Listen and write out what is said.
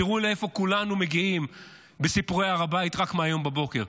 תראו לאיפה כולנו מגיעים בסיפורי הר הבית רק מהיום בבוקר.